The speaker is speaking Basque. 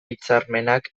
hitzarmenak